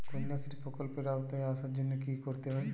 কন্যাশ্রী প্রকল্পের আওতায় আসার জন্য কী করতে হবে?